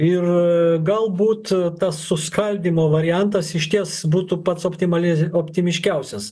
ir galbūt tas suskaldymo variantas išties būtų pats optimalez optimiškiausias